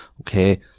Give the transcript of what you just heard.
Okay